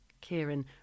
Kieran